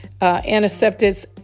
antiseptics